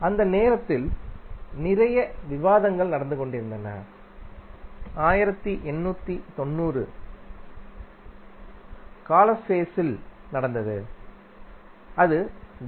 அந்த நேரத்தில் நிறைய விவாதங்கள் நடந்துகொண்டிருந்தன அது 1890 காலஃபேஸ் த்தில் நடந்தது அது டி